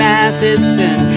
Matheson